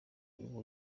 ubu